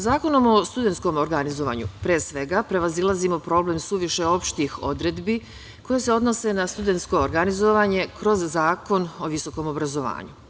Zakonom o studentskom organizovanju, pre svega, prevazilazimo problem suviše opštih odredbi koje se odnose na studentsko organizovanje kroz Zakon o visokom obrazovanju.